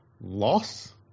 loss